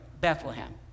Bethlehem